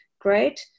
great